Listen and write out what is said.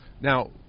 Now